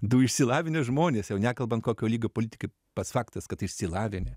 du išsilavinę žmonės jau nekalbant kokio lygio politikai pats faktas kad išsilavinę